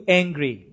angry